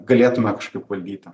galėtume kažkaip valdyti